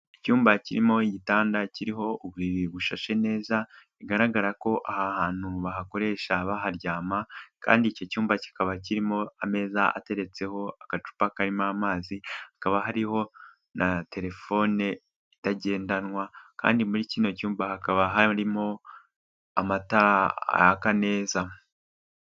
Icyumba kirimo igitanda kiriho uburiri bushashe neza, bigaragara ko aha hantu bahakoresha baharyama, kandi iki cyumba kikaba kirimo ameza ateretseho agacupa karimo amazi, hakaba hariho na telefone itagendanwa, kandi muri kino cyumba hakaba harimo amatara yaka neza.